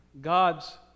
God's